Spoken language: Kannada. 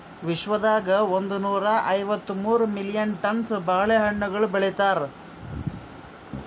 ವಿಶ್ವದಾಗ್ ಒಂದನೂರಾ ಐವತ್ತ ಮೂರು ಮಿಲಿಯನ್ ಟನ್ಸ್ ಬಾಳೆ ಹಣ್ಣುಗೊಳ್ ಬೆಳಿತಾರ್